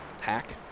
hack